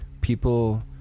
people